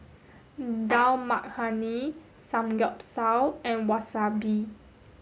Dal Makhani Samgeyopsal and Wasabi